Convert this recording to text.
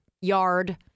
yard